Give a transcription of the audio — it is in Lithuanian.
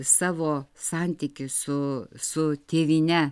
savo santykį su su tėvyne